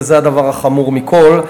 וזה הדבר החמור מכול.